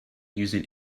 using